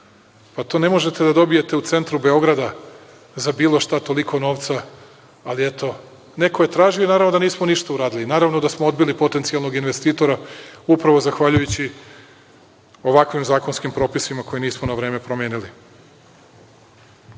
To nemožete da dobijete u centru Beograda za bilo šta toliko novca ali eto, neko je tražio. Naravno da nismo ništa uradili, naravno da smo odbili potencijalnog investitora upravo zahvaljujući ovakvim zakonskim propisima koje nismo na vreme promenili.